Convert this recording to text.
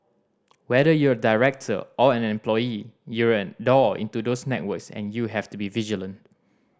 whether you're a director or an employee you're a door into those networks and you have to be vigilant